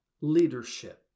leadership